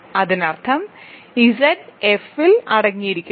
അതിനർത്ഥം ഇസഡ് എഫിൽ അടങ്ങിയിരിക്കുന്നു